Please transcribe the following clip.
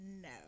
No